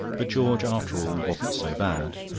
but george, after all, wasn't so bad.